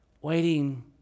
waiting